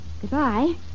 Goodbye